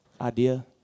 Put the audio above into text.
idea